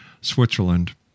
Switzerland